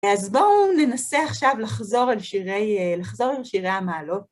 אז בואו ננסה עכשיו לחזור לשירי המעלות.